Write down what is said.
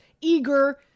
eager